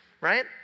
Right